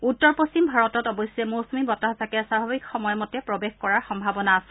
উত্তৰ পশ্চিম ভাৰতত অৱশ্যে মৌচূমী বতাহজাকে স্বাভাৱিক সময়মতে প্ৰৱেশ কৰাৰ সম্ভাৱনা আছে